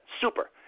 Super